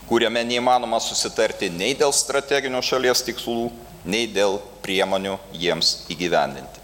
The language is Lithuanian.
kuriame neįmanoma susitarti nei dėl strateginių šalies tikslų nei dėl priemonių jiems įgyvendinti